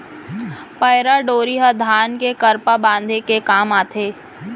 पैरा डोरी ह धान के करपा बांधे के काम आथे